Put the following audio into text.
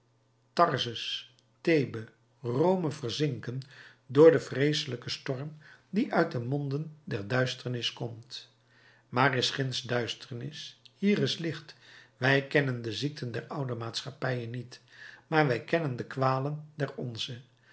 tharsus thebe rome verzinken door den vreeselijken storm die uit de monden der duisternis komt maar is ginds duisternis hier is licht wij kennen de ziekten der oude maatschappijen niet maar wij kennen de kwalen der onze